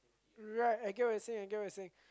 right I get what you're saying I get what you're saying